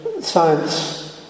science